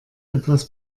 etwas